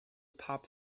pop